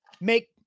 make